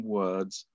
words